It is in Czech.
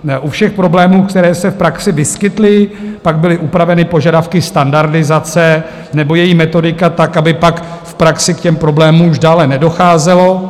U všech problémů, které se v praxi vyskytly, pak byly upraveny požadavky standardizace nebo její metodika tak, aby pak v praxi k těm problémům už dále nedocházelo.